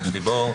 זה הרציונל שלי.